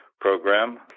program